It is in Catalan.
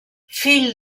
fill